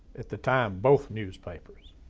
at the time, both newspapers.